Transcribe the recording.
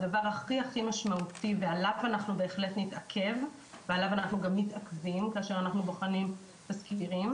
הדבר הכי משמעותי שעליו אנחנו מתעכבים כאשר אנחנו בוחנים תזכירים,